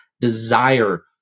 desire